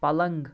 پلنٛگ